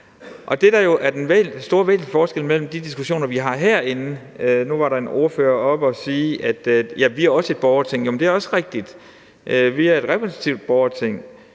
Det, der er den store forskel i forhold til de diskussioner, vi har herinde – nu var der en ordfører heroppe og sige, at vi også er et borgerting, og det er også rigtigt; vi er et repræsentativt borgerting